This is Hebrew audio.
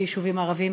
ביישובים ערביים.